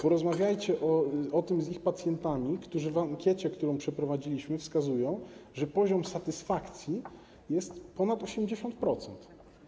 Porozmawiajcie o tym z ich pacjentami, którzy w ankiecie, którą przeprowadziliśmy, wskazują, że poziom satysfakcji wynosi ponad 80%.